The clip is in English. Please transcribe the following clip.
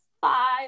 five